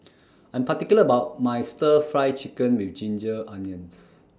I'm particular about My Stir Fry Chicken with Ginger Onions